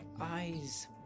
eyes